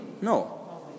No